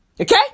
Okay